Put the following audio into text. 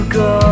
go